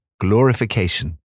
glorification